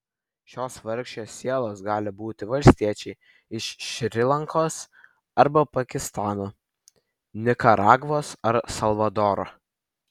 šios vargšės sielos gali būti valstiečiai iš šri lankos arba pakistano nikaragvos ar salvadoro